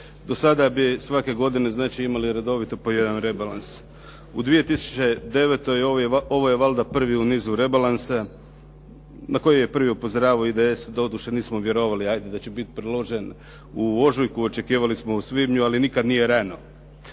Do sada bi svake godine znači imali redovito po jedan rebalans. U 2009. ovo je valjda prvi u nizu rebalans na koji je prvi upozoravao IDS. Doduše, nismo vjerovali ajde da će biti priložen u ožujku, očekivali smo u svibnju ali nikad nije rano.